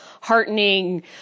heartening